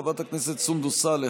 חברת הכנסת סונדוס סאלח,